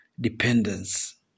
Dependence